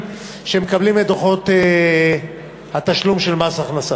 שמקבלים את דוחות התשלום של מס הכנסה.